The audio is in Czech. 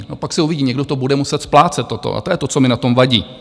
No, pak se uvidí, někdo to bude muset splácet toto, a to je to, co mi na tom vadí.